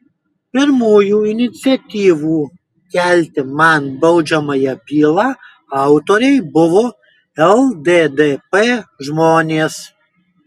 pirmųjų iniciatyvų kelti man baudžiamąją bylą autoriai buvo lddp žmonės